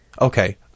Okay